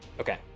Okay